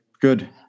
good